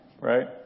right